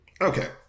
Okay